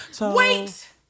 Wait